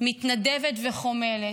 מתנדבת וחומלת,